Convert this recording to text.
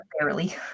barely